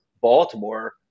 Baltimore